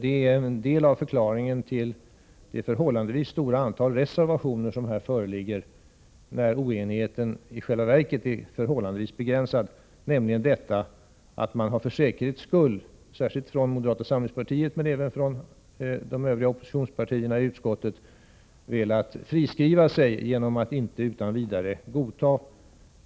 Det är en del av förklaringen till det förhållandevis stora antal reservationer som här föreligger med tanke på att oenigheten i själva verket är tämligen begränsad. Särskilt moderata samlingspartiet, men även de övriga oppositionspartierna i utskottet, har — för säkerhets skull — velat friskriva sig genom att inte utan vidare godta